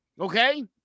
Okay